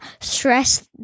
stress